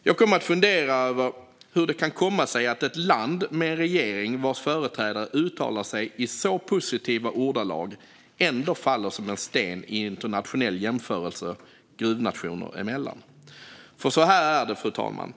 Jag kom att fundera över hur det kan komma sig att ett land med en regering vars företrädare uttalar sig i så positiva ordalag ändå faller som en sten i en internationell jämförelse gruvnationer emellan. För så här är det, fru talman.